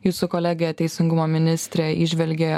jūsų kolegė teisingumo ministrė įžvelgė